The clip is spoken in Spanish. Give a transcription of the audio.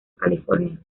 california